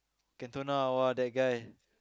Cantona !wah! that guy